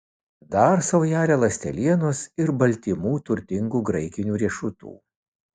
dar saujelę ląstelienos ir baltymų turtingų graikinių riešutų